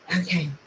Okay